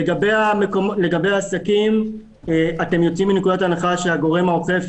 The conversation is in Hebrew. לגבי עסקים אתם יוצאים מנקודת הנחה שהגורם האוכף,